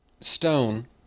stone